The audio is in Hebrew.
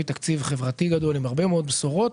תקציב חברתי גדול עם הרבה מאוד בשורות.